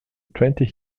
twenty